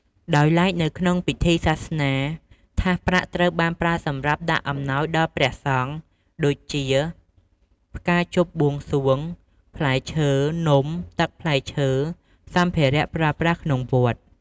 ដោយឡែនៅក្នុងពិធីសាសនាថាសប្រាក់ត្រូវបានប្រើសម្រាប់ដាក់អំណោយដល់ព្រះសង្ឃ ដូចជា ផ្កាជប់បួងសួង, ផ្លែឈើ, នំ, ទឹកផ្លែឈើ, សំភារៈប្រើប្រាស់ក្នុងវត្ត។